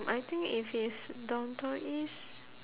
I think if it's downtown east